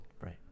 Right